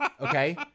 Okay